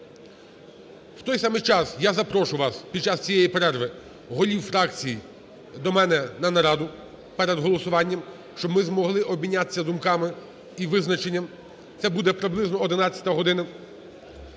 В той саме час я запрошу вас під час цієї перерви, голів фракцій, до мене на нараду перед голосуванням, щоб ми змогли обмінятись думками і визначенням. Це буде приблизно 11 година.